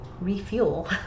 refuel